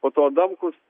po to adamkus